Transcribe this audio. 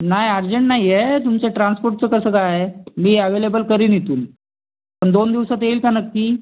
नाही अर्जंट नाही आहे तुमच्या ट्रान्सपोर्टचं कसं काय मी ॲवेलेबल करीन इथून पण दोन दिवसात येईल का नक्की